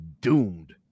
doomed